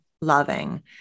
loving